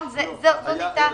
יותר מזה.